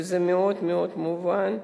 וזה מאוד מאוד מובן.